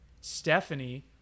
Stephanie